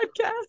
podcast